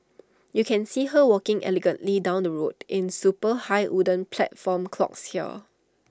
you can see her walking elegantly down the street in super high wooden platform clogs here